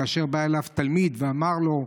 כאשר בא אליו תלמיד ואמר לו,